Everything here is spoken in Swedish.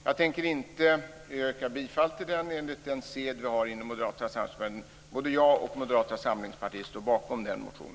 Jag tänker enligt den sed som vi har inom Moderata samlingspartiet inte yrka bifall till motionen, men både jag och Moderata samlingspartiet står bakom den.